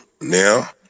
now